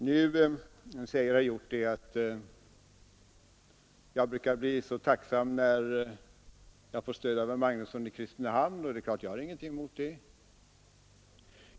Nu säger herr Hjorth att jag brukar bli så tacksam när jag får stöd av herr Magnusson i Kristinehamn, och jag har ingenting emot det.